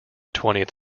twentieth